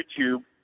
YouTube